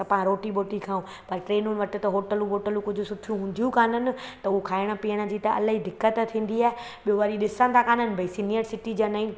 त पाण रोटी वोटी खाऊं त ट्रेनुनि वटि त होटलूं वोटलूं कुझु सुठियूं हूंदियूं काननि त उहो खाइण पीअण जी त अलाई दिक़त थींदी आहे ॿियों वरी ॾिसंदा काननि भई सीनियर सिटीजन आहिनि